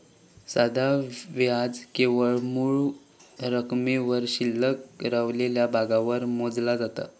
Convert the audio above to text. साधा व्याज केवळ मूळ रकमेवर शिल्लक रवलेल्या भागावर मोजला जाता